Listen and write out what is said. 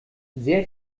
sehr